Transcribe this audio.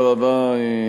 תודה רבה.